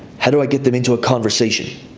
how do i get them into a conversation?